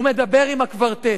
הוא מדבר עם הקוורטט.